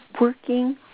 working